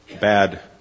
bad